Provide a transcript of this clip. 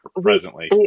presently